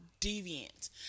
deviant